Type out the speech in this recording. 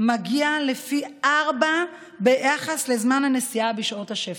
מגיע לפי ארבעה ביחס לזמן הנסיעה בשעות השפל.